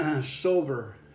sober